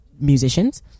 musicians